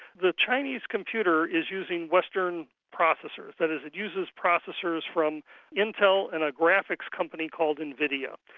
the chinese computer is using western processers. that is, it uses processors from intel and a graphics company called invideo.